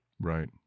Right